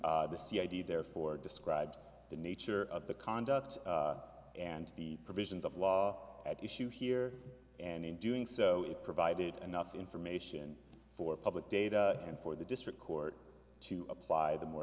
id therefore describe the nature of the conduct and the provisions of law at issue here and in doing so it provided enough information for public data and for the district court to apply the mor